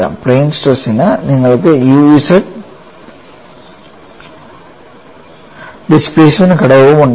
plain stress ന് നിങ്ങൾക്ക് u z displacement ഘടകവും ഉണ്ടാകും